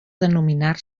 denominar